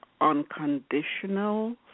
unconditional